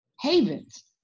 havens